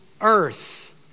earth